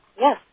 Yes